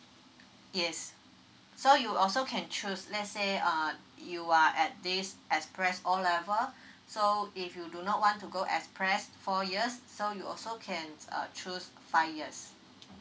yes so you also can choose let's say uh you are at this express O level so if you do not want to go express four years so you also can uh choose uh five years